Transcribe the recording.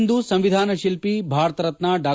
ಇಂದು ಸಂವಿಧಾನಶಿಲ್ಪಿ ಭಾರತ ರತ್ನ ಡಾ